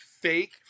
fake